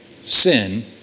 sin